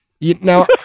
Now